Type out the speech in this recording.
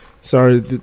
Sorry